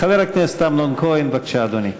חבר הכנסת אמנון כהן, בבקשה, אדוני.